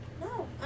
No